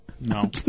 No